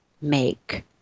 make